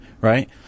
Right